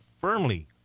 firmly